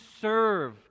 serve